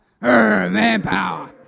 Manpower